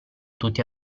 tutti